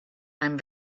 and